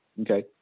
Okay